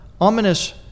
ominous